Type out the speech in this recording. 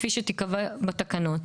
כפי שתיקבע בתקנות.